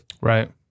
Right